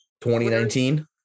2019